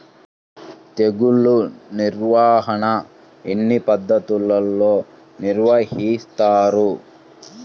తెగులు నిర్వాహణ ఎన్ని పద్ధతుల్లో నిర్వహిస్తారు?